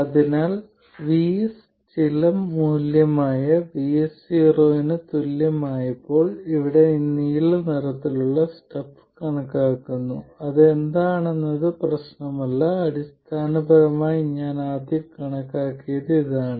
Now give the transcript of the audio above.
അതിനാൽ VS ചില മൂല്യമായ VS0 ന് തുല്യമായപ്പോൾ ഇവിടെ ഈ നീല നിറത്തിലുള്ള സ്റ്റഫ് കണക്കാക്കുന്നു അത് എന്താണെന്നത് പ്രശ്നമല്ല അടിസ്ഥാനപരമായി ഞാൻ ആദ്യം കണക്കാക്കിയത് ഇതാണ്